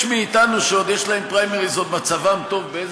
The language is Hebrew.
יש מאתנו שעוד יש להם פריימריז, עוד מצבם טוב.